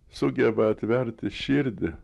sugeba atverti širdį